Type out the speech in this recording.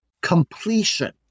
completion